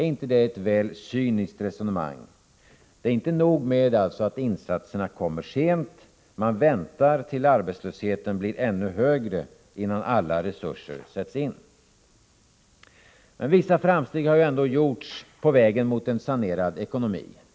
Är inte det ett väl cyniskt resonemang? Det är alltså inte nog med att insatserna kommer sent, regeringen väntar dessutom till dess arbetslösheten blir ännu högre innan alla resurser sätts in. Vissa framsteg har ändå gjorts på vägen mot en sanerad ekonomi.